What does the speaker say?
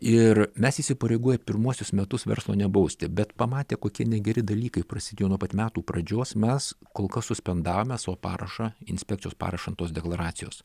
ir mes įsipareigoję pirmuosius metus verslo nebausti bet pamatę kokie negeri dalykai prasidėjo nuo pat metų pradžios mes kol kas suspendavome savo parašą inspekcijos parašą ant tos deklaracijos